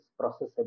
processable